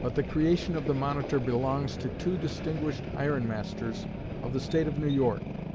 but the creation of the monitor belongs to two distinguished iron-masters of the state of new york,